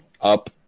Up